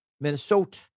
Minnesota